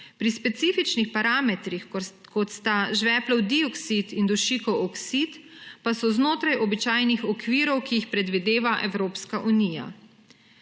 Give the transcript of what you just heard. Pri specifičnih parametrih, kot sta žveplov dioksid in dušikov oksid, pa so znotraj običajnih okvirov, ki jih predvideva Evropska unija.